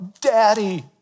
Daddy